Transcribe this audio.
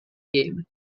game